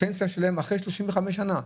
הפנסיה שלהם אחרי 35 שנים.